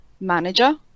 manager